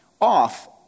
off